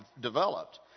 developed